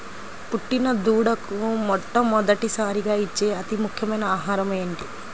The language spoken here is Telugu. పుట్టిన దూడకు మొట్టమొదటిసారిగా ఇచ్చే అతి ముఖ్యమైన ఆహారము ఏంటి?